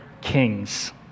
kings